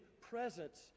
presence